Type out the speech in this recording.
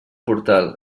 portal